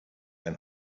ein